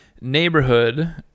neighborhood